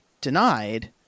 denied